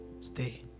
stay